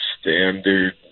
standard